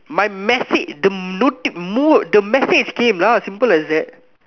my message the noti~ mood the message came lah simple as that